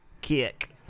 Kick